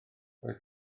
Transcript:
roedd